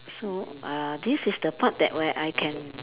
so uh this is the part where I can